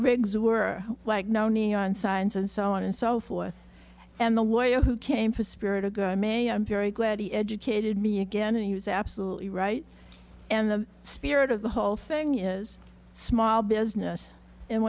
rigs were like no neon signs and so on and so forth and the lawyer who came for spirit ago i'm a i'm very glad he educated me again and he was absolutely right in the spirit of the whole thing is small business and